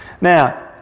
Now